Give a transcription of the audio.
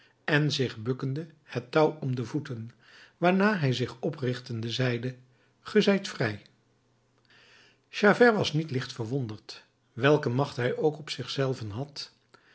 en zich bukkende het touw om de voeten waarna hij zich oprichtende zeide ge zijt vrij javert was niet licht verwonderd welk een macht hij ook op zich zelven had